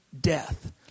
death